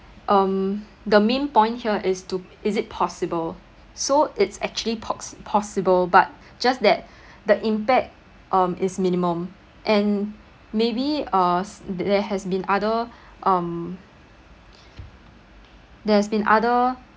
um the main point here is to is it possible so it's actually pos~ possible but just that the impact um is minimum and maybe uh s~ there has been other um there's been other